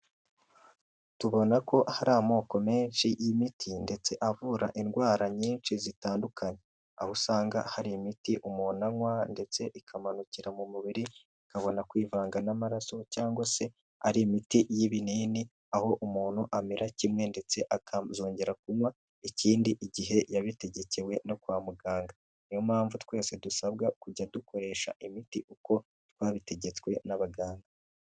Tubona ko hari amoko menshi y'imiti ndetse avura indwara nyinshi zitandukanye aho usanga hari imiti umuntu anywa ndetse ikamanukira mu mubiri ikabona kwivanga n'amaraso cyangwa se ari imiti y'ibinini aho umuntu amera kimwe ndetse akazongera kunywa ikindi igihe yabitegekewe no kwa muganga niyo mpamvu twese dusabwa kujya dukoresha imiti uko twabitegetswe n'abaganga.